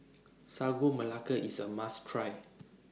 Sagu Melaka IS A must Try